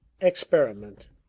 Experiment